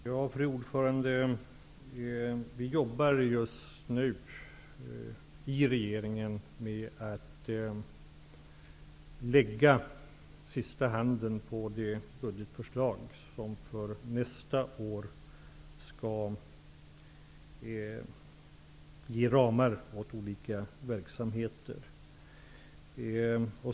Fru talman! I regeringen jobbar vi just nu med att lägga sista handen vid det budgetförslag som för nästa år skall ge ramar åt olika verksamheter.